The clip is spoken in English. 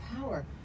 power